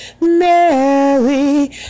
Mary